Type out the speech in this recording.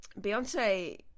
Beyonce